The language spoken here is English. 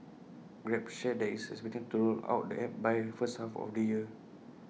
grab shared that IT is expecting to roll out the app by first half of the year